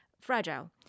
fragile